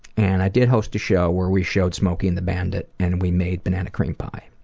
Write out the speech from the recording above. and i did host a show where we showed smokey and the bandit and we made banana cream pie.